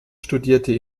studierte